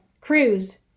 cruise